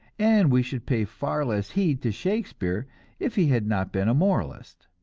and we should pay far less heed to shakespeare if he had not been a moralist.